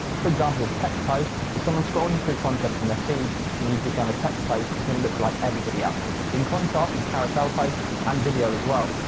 for example, with text posts, if someone's scrolling through content in their feed and you've just done a text post, it's going to look like everybody else's. in contrast with carousel posts and video as well,